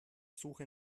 suche